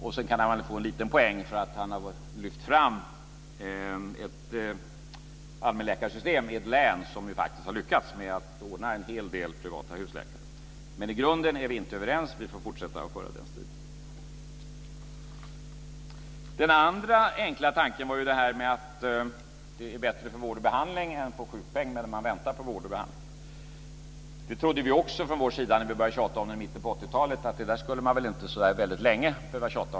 Sedan kan han få en liten poäng för att han har lyft fram ett allmänläkarsystem i ett län som faktiskt har lyckats med att ordna en hel del privata husläkare. Men i grunden är vi inte överens, utan vi får fortsätta att föra denna strid. Den andra enkla tanken var att det är bättre att få vård och behandling än få sjukpeng medan man väntar på vård och behandling. Där trodde vi också från vår sida, när vi började tjata om det i mitten av 80 talet, att man inte skulle behöva tjata så där väldigt länge om det.